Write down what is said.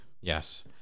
Yes